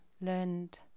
learned